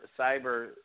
cyber